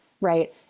right